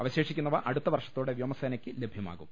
അവശേഷിക്കുന്നവ അടുത്തവർഷത്തോടെ വ്യോമസേന യ്ക്ക് ലഭ്യമാകും